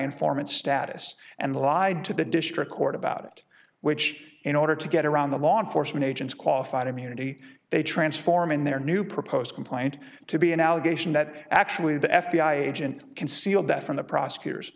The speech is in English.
informant status and lied to the district court about it which in order to get around the law enforcement agents qualified immunity they transform in their new proposed complaint to be an allegation that actually the f b i agent concealed that from the prosecutors